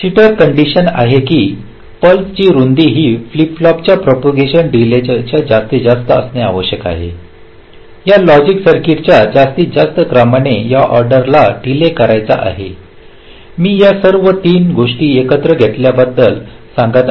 शीतर condition आहे की पल्सची रुंदी ही फ्लिप फ्लॉप प्रोपोगांशन डीले जास्तीत जास्त असणे आवश्यक आहे या लॉजिक सर्किट च्या जास्तीत जास्त क्रमाने या ऑर्डरला डीले करायचा आहे मी या सर्व तीन गोष्टी एकत्र घेतल्याबद्दल सांगत आहे